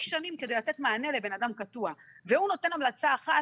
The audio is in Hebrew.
שנים כדי לתת מענה לבן-אדם קטוע והוא נותן המלצה אחת